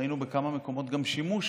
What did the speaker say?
ראינו בכמה מקומות גם שימוש